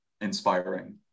inspiring